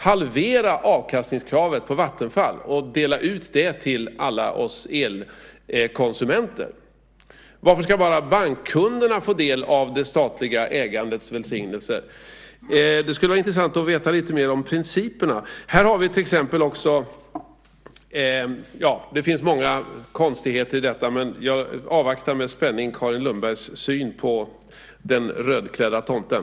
Halvera avkastningskravet på Vattenfall och dela ut det till alla oss elkonsumenter! Varför ska bara bankkunderna få del av det statliga ägandets välsignelser? Det skulle vara intressant att veta lite mer om principerna. Det finns många konstigheter i detta, men jag avvaktar med spänning Carin Lundbergs syn på den rödklädda tomten.